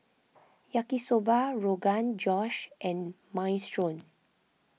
Yaki Soba Rogan Josh and Minestrone